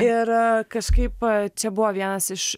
ir kažkaip čia buvo vienas iš